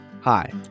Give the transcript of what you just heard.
Hi